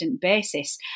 basis